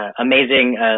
amazing